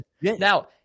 Now